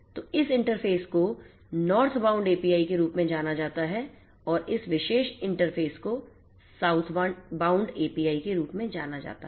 तो इस इंटरफ़ेस को नॉर्थबाउंड एपीआई के रूप में जाना जाता है और इस विशेष इंटरफ़ेस को साउथबाउंड एपीआई के रूप में जाना जाता है